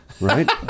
Right